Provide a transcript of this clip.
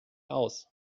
aus